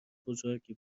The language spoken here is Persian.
بزرگی